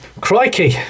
Crikey